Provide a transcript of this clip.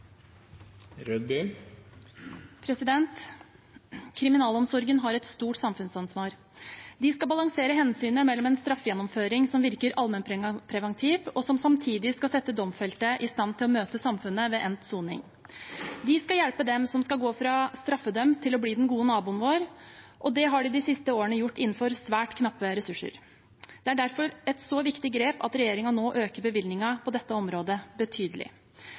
Kriminalomsorgen har et stort samfunnsansvar. De skal balansere hensynet mellom en straffegjennomføring som virker allmennpreventiv, og som samtidig skal sette domfelte i stand til å møte samfunnet ved endt soning. De skal hjelpe dem som skal gå fra straffedømt til å bli den gode naboen vår, og det har de de siste årene gjort innenfor svært knappe ressurser. Det er derfor et så viktig grep at regjeringen nå øker bevilgningen på dette området betydelig.